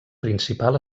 principal